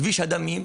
כביש דמים,